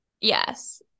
Yes